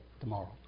tomorrow